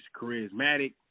charismatic